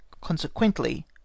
consequently